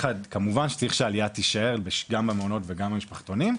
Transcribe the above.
כמובן שצריך שהעלייה תישאר גם במעונות וגם במשפחתונים,